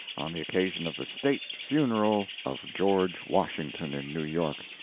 on the occasion of the state' funeral of george washington in new york.